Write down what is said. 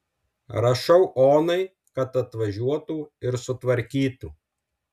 rašau onai kad atvažiuotų ir sutvarkytų